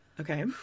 Okay